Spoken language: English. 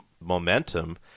momentum